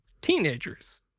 Teenagers